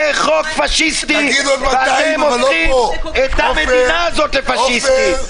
זה חוק פשיסטי ואתם הופכים את המדינה הזאת לפשיסטית.